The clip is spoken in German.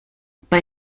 bei